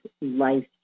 life